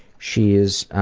she is